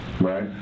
Right